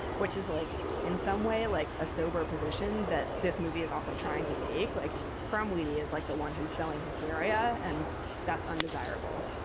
which is like in some way like a sober position that this movie is also trying to take. like krumm wady is like the one who's selling hysteria. and that's undesirable,